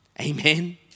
Amen